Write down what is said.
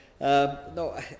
no